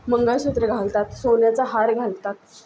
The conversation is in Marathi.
मंगळसूत्र घालतात सोन्याचा हार घालतात